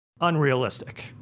unrealistic